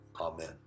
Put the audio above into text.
Amen